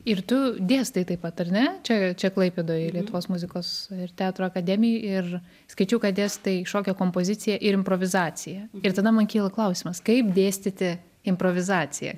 ir tu dėstai taip pat ar ne čia čia klaipėdoj lietuvos muzikos teatro akademijoj ir skaičiau kad dėstai šokio kompoziciją ir improvizaciją ir tada man kyla klausimas kaip dėstyti improvizaciją